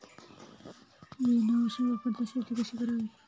बिना औषध वापरता शेती कशी करावी?